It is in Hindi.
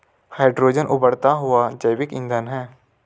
हाइड्रोजन उबरता हुआ जैविक ईंधन है